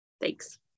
Thanks